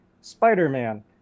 spider-man